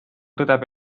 tõdeb